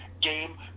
game